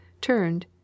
turned